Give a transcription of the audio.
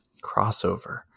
Crossover